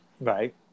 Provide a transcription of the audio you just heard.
Right